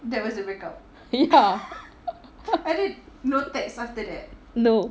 ya no